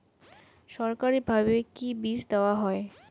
সরকারিভাবে কি বীজ দেওয়া হয়?